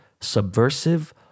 subversive